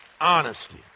honesty